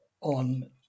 on